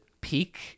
peak